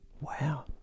Wow